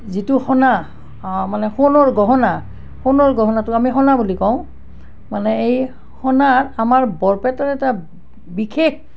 যিটো সোণা মানে সোণৰ গহনা সোণৰ গহনাটো আমি সোণা বুলি কওঁ মানে এই সোণা আমাৰ বৰপেটাৰ এটা বিশেষ